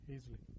Easily